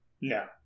No